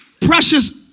precious